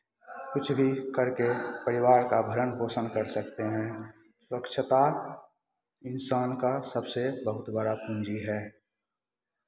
कुछ भी कर के परिवार का भरन पोषन कर सकते हैं स्वच्छता इन्सान का सबसे बहुत बड़ा पूंजी है